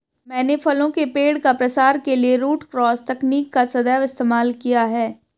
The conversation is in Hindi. मैंने फलों के पेड़ का प्रसार के लिए रूट क्रॉस तकनीक का सदैव इस्तेमाल किया है